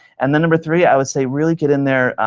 and then number three, i would say really get in there,